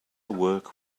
work